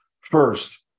First